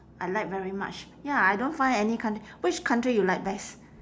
I like very much ya I don't find any coun~ which country you like best